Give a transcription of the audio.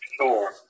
Sure